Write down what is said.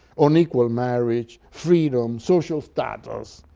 unequal marriage, freedom, social status,